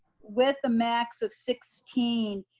with the max of sixteen,